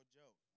joke